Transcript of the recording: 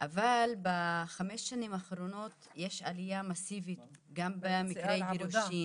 אבל בחמש שנים האחרונות יש עלייה מאסיבית גם במקרי גירושים